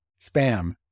Spam